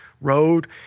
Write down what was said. road